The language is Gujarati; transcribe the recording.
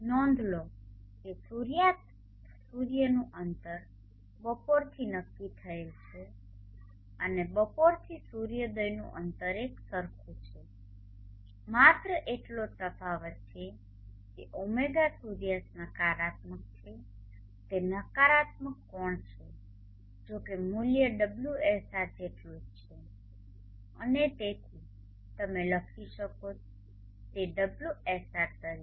નોંધ લો કે સૂર્યાસ્ત સૂર્યસ્તરનું અંતર બપોરથી નક્કી થયેલ છે અને બપોરથી સૂર્યોદયનું અંતર એક સરખું છે માત્ર એટલો જ તફાવત છે કે ઓમેગા સૂર્યાસ્ત નકારાત્મક છે તે નકારાત્મક કોણ છે જો કે મૂલ્ય ωSR જેટલું જ છે અને તેથી તમે લખી શકો છો તે ωSR તરીકે